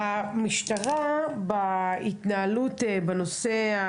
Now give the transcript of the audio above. המשטרה בהתנהלות בנושא,